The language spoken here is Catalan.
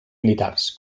militars